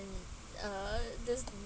uh disney